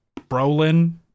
Brolin